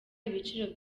ibiciro